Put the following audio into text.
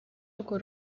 urwo